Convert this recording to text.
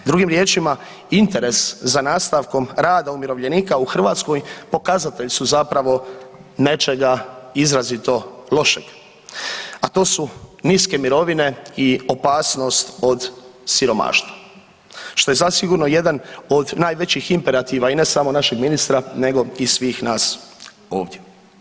Drugim riječima, interes za nastavkom rada umirovljenika u Hrvatskoj pokazatelj su zapravo nečega izrazito lošeg, a to su niske mirovine i opasnost od siromaštva što je zasigurno jedan od najvećih imperativa i ne samo našeg ministra nego i svih nas ovdje.